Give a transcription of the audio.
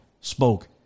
spoke